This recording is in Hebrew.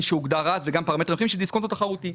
שהוגדר אז וגם בפרמטרים אחרים שדיסקונט הוא תחרותי.